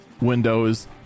Windows